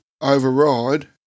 override